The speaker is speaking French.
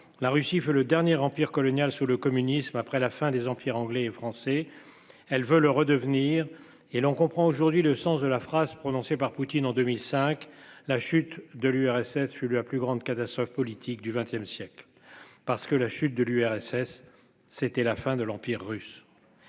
La Russie veut le dernier empire colonial sous le communisme. Après la fin des empires anglais et français. Elle veut le redevenir. Et l'on comprend aujourd'hui le sens de la phrase prononcée par Poutine en 2005 la chute de l'URSS fut la plus grande catastrophe politique du XXe siècle. Parce que la chute de l'URSS c'était la fin de l'empire russe.